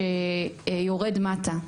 שיורד מטה.